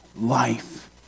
life